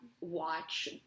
watch